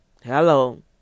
Hello